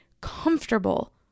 comfortable